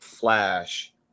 flash